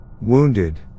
wounded